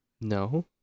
No